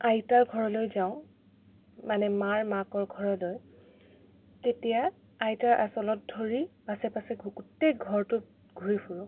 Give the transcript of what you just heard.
আইতাৰ ঘৰলৈ যাওঁ মানে মাৰ মাকৰ ঘৰলৈ তেতিয়া আইতাৰ আঁচলত ধৰি পাছে পাছে গো গোটেই ঘৰতো ঘূৰি ফুৰোঁ